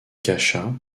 cacha